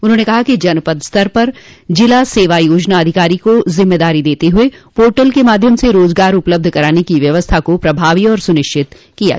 उन्होंने कहा कि जनपद स्तर पर जिला सेवा योजना अधिकारी को जिम्मेदारी देते हुए पोर्टल के माध्यम से रोजगार उपलब्ध कराने की व्यवस्था को प्रभावी और सूनिश्चित किया जाये